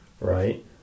right